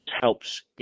helps